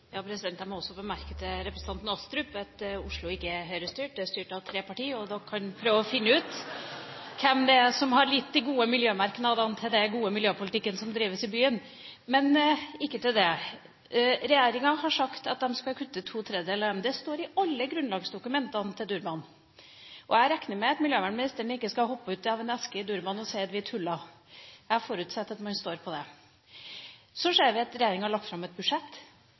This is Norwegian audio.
Astrup at Oslo ikke er Høyre-styrt, men styrt av tre partier, og dere kan prøve å finne ut hvem som har kommet med de gode merknadene til den gode miljøpolitikken som drives i byen. Men til noe annet. Regjeringa har sagt at de skal kutte to tredjedeler av utslippene. Det står i alle grunnlagsdokumentene til Durban-møtet. Jeg regner med at miljøvernministeren ikke skal hoppe ut av en eske i Durban og si at man tulla. Jeg forutsetter at man står for det. Så ser vi at regjeringa har lagt fram et budsjett